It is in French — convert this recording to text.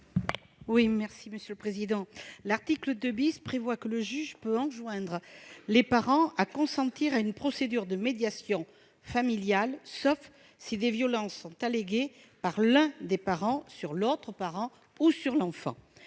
Mme Françoise Cartron. L'article 2 prévoit que le juge peut enjoindre les parents à consentir à une procédure de médiation familiale, sauf si des violences sont alléguées par l'un d'entre eux sur l'autre parent ou sur l'enfant.